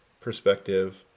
perspective